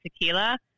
tequila